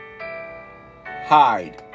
hide